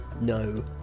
no